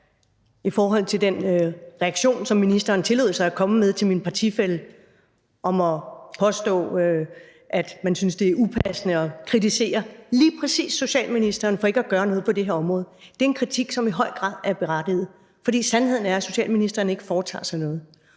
i forhold til den reaktion, som ministeren tillod sig at komme med til min partifælle: at påstå, at man synes, det er upassende at kritisere lige præcis socialministeren for ikke at gøre noget på det her område. Det er en kritik, som i høj grad er berettiget, fordi sandheden er, at socialministeren ikke foretager sig noget,